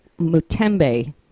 Mutembe